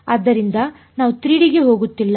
ಆದ್ದರಿಂದ ನಾವು 3D ಗೆ ಹೋಗುತ್ತಿಲ್ಲ